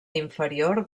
inferior